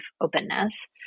openness